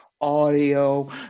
audio